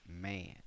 man